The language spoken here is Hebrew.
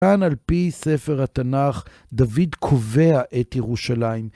כאן על פי ספר התנ״ך דוד קובע את ירושלים.